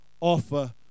offer